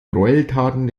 gräueltaten